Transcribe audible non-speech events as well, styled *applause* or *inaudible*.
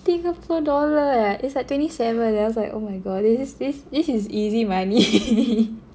tiga puluh dollar eh it's like twenty seven eh I was like oh my god this is this this is easy money *laughs*